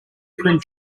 print